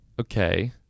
Okay